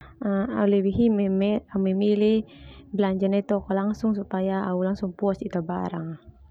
Au lebih hi meme memilih belanja nai toko langsng supaya au puas mete barang.